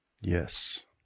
Yes